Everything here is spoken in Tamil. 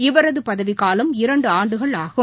இவரது பதவி காலம் இரண்டு ஆண்டுகள் ஆகும்